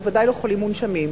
בוודאי לא חולים מונשמים.